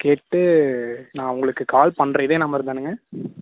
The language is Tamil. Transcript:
கேட்டு நான் உங்களுக்கு கால் பண்ணுறேன் இதே நம்பர் தானுங்க